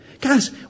Guys